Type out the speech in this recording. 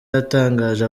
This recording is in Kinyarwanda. yatangaje